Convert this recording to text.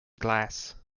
glass